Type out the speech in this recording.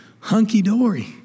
hunky-dory